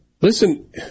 Listen